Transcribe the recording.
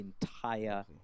entire